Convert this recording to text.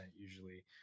usually